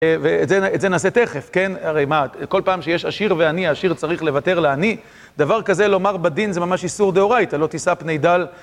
ואת זה נעשה תכף, כן? הרי מה, כל פעם שיש עשיר ועני, העשיר צריך לוותר לעני? דבר כזה לומר בדין זה ממש איסור דאורייתא, לא תישא פני דל.